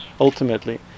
ultimately